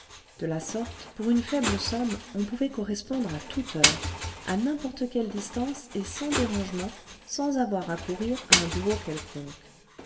de la sorte pour une faible somme les téléphones publics le vingtième siècle oo on pouvait correspondre à toute heure à n'importe quelle distance et sans dérangement sans avoir à courir à un bureau quelconque